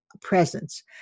presence